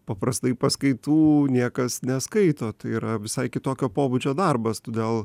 paprastai paskaitų niekas neskaito tai yra visai kitokio pobūdžio darbas todėl